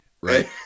Right